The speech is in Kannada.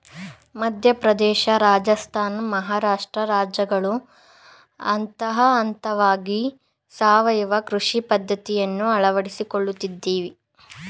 ಮಧ್ಯಪ್ರದೇಶ, ರಾಜಸ್ಥಾನ, ಮಹಾರಾಷ್ಟ್ರ ರಾಜ್ಯಗಳು ಹಂತಹಂತವಾಗಿ ಸಾವಯವ ಕೃಷಿ ಪದ್ಧತಿಯನ್ನು ಅಳವಡಿಸಿಕೊಳ್ಳುತ್ತಿವೆ